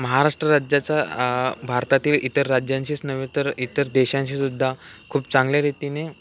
महाराष्ट्र राज्याचा भारतातील इतर राज्यांशीच नव्हे तर इतर देशांशीसुद्धा खूप चांगल्यारीतीने